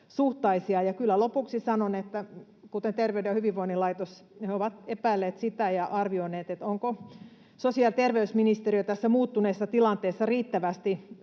lopuksi sanon, että kuten Terveyden ja hyvinvoinnin laitos on epäillyt sitä ja arvioinut, onko sosiaali‑ ja terveysministeriö tässä muuttuneessa tilanteessa riittävästi